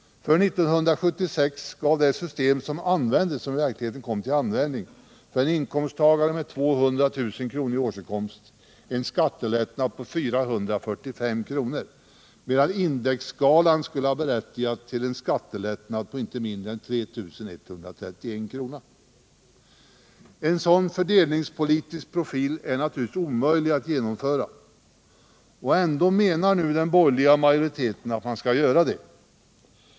För 1976 gav det system som användes i verkligheten en inkomsttagare med 200 000 kr. i årsinkomst en skattelättnad på 445 kr. medan indexskalan skulle ha berättigat till en skattelättnad på inte mindre än 3131 kr. En sådan fördelningspolitisk profil är naturligtvis omöjlig att genomföra. Ändå menar nu den borgerliga majoriteten att man skulle göra det.